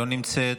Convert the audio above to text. לא נמצאת,